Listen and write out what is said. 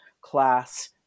class